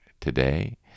today